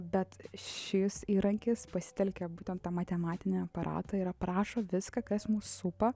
bet šis įrankis pasitelkia būtent tą matematinį aparatą ir aprašo viską kas mus supa